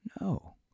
No